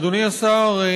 אדוני השר,